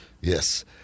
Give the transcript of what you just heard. yes